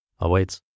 awaits